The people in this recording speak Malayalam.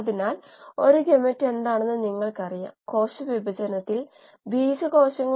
അതിനാൽ ഈ സ്കെയിൽ അപ്പ് ബയോ റിയാക്ടറുകളുടെ ഒരു പ്രധാന വശമാണ്